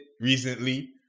recently